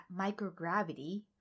microgravity